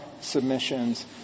submissions